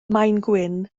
maengwyn